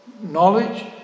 Knowledge